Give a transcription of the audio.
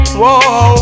whoa